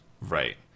Right